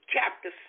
Chapter